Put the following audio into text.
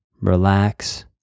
Relax